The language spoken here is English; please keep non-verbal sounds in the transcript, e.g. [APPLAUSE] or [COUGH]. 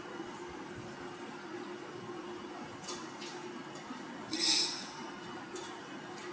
[BREATH]